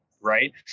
Right